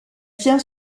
tient